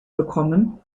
bekommen